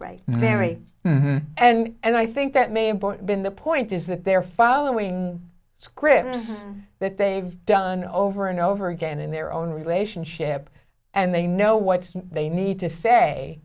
right very and i think that may have been the point is that they're following scripts that they've done over and over again in their own relationship and they know what they need to say